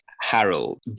Harold